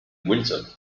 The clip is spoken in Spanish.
wilson